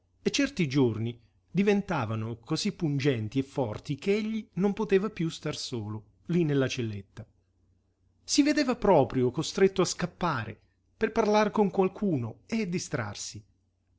e certi giorni diventavano cosí pungenti e forti ch'egli non poteva piú star solo lí nella celletta si vedeva proprio costretto a scappare per parlar con qualcuno e distrarsi